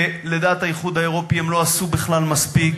ולדעת האיחוד האירופי הם לא עשו בכלל מספיק,